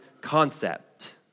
concept